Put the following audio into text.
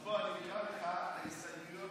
אז בוא אני אקרא לך את ההסתייגויות